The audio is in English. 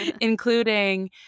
including